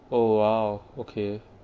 oh !wow! okay